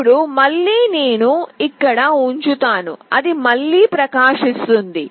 ఇప్పుడు మళ్ళీ నేను ఇక్కడ ఉంచుతాను అది మళ్ళీ ప్రకాశిస్తుంది